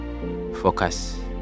Focus